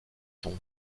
tombe